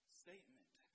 statement